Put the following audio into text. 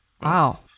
Wow